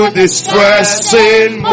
distressing